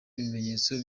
ibimenyetso